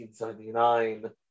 1979